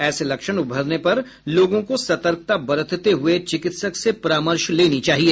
ऐसे लक्षण उभरने पर लोगों को सतर्कता बरतते हुए चिकित्सक से परामर्श लेना चाहिए